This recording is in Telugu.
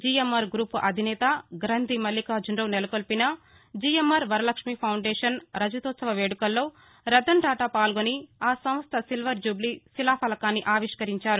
జిఎమ్ఆర్ గ్రూపు అధినేత గ్రంధి మల్లిఖార్జనరావు నెలకొల్పిన జిఎమ్ఆర్ వరలక్ష్మి పౌండేషన్ రజతోత్సవ వేడుకలలో రతన్టాటా పాల్గొని ఆ సంస్ట సిల్వర్జూబ్లి శిలాఫలకాన్ని ఆవిష్కరించారు